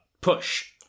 push